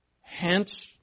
Hence